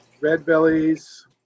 Red-bellies